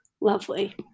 lovely